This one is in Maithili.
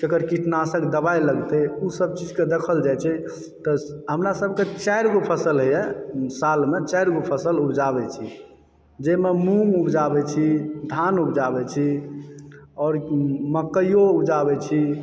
केकर कीटनाशक दबाइ लगतै ओसभ चीजकऽ देखल जाइत छै तऽ हमरा सभके चारि गो फसल होइए सालमे चारि गो फसल उपजाबैत छी जाहिमऽ मूँग उपजाबैत छी धान उपजाबैत छी आओर मकैओ उपजाबैत छी